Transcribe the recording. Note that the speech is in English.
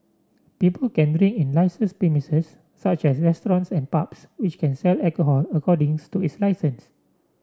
people can drink in licensed premises such as restaurants and pubs which can sell alcohol according to its licence